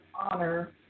honor